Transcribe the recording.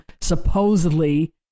supposedly